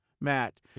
Matt